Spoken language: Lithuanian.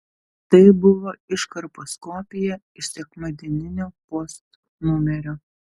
tai buvo iškarpos kopija iš sekmadieninio post numerio